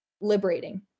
liberating